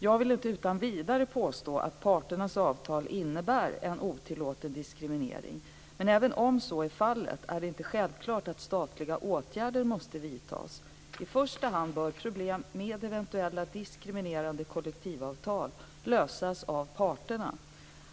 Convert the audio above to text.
Jag vill inte utan vidare påstå att parternas avtal innebär en otillåten diskriminering. Men även om så är fallet är det inte självklart att statliga åtgärder måste vidtas. I första hand bör problem med eventuella diskriminerande kollektivavtal lösas av parterna.